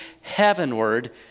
heavenward